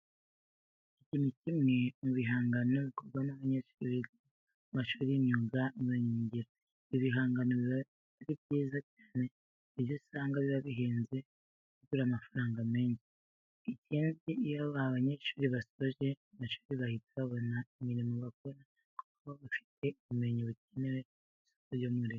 Iki ni kimwe mu bihangano bikorwa n'abanyeshuri biga mu mashuri y'imyuga n'ubumenyingiro. Ibi bigangano biba ari byiza cyane kuko usanga biba bihenze bigura amafaranga menshi. Ikindi iyo aba banyeshuri basoje amashuri bahita babona imirimo bakora kuko baba bafite ubumenyi bukenewe ku isoko ry'umurimo.